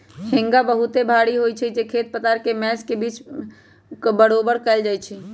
हेंगा बहुते भारी होइ छइ जे खेत पथार मैच के पिच बरोबर कएल जाइ छइ